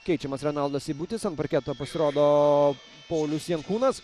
keičiamas renaldas seibutis ant parketo pasirodo paulius jankūnas